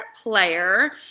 player